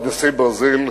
כבוד נשיא ברזיל,